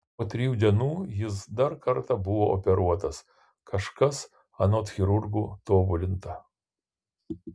po trijų dienų jis dar kartą buvo operuotas kažkas anot chirurgų tobulinta